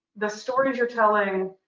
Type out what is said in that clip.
the stories you're telling,